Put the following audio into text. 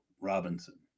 Robinson